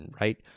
right